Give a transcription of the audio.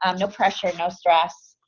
um no pressure, no stress,